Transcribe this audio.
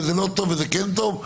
וזה לא טוב וזה כן טוב.